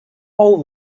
all